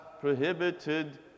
prohibited